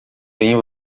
bem